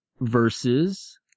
versus